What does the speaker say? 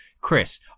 Chris